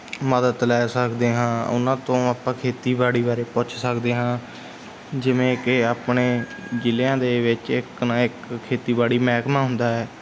ਮਦਦ ਲੈ ਸਕਦੇ ਹਾਂ ਉਹਨਾਂ ਤੋਂ ਆਪਾਂ ਖੇਤੀਬਾੜੀ ਬਾਰੇ ਪੁੱਛ ਸਕਦੇ ਹਾਂ ਜਿਵੇਂ ਕਿ ਆਪਣੇ ਜਿਲ੍ਹਿਆਂ ਦੇ ਵਿੱਚ ਇੱਕ ਨਾ ਇੱਕ ਖੇਤੀਬਾੜੀ ਮਹਿਕਮਾ ਹੁੰਦਾ ਹੈ